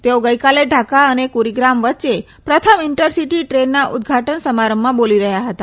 તેઓ ગઇ કાલે ઢાંકા અને કુરીગ્રામ વચ્ચે પ્રથમ ઇન્ટરસીટી ટ્રેનના ઉદગાટન સમારંભમાં બોલી રહ્યા હતા